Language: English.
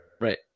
Right